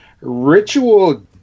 Ritual